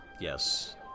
Yes